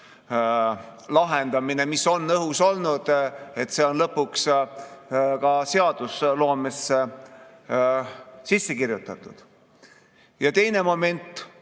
lahendamine, mis on õhus olnud, on lõpuks ka seadusloomesse sisse kirjutatud. Ja teine moment,